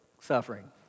suffering